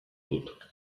dut